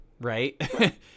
Right